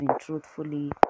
Truthfully